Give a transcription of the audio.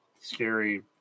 scary